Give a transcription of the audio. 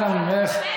אנא ממך,